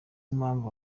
impamvu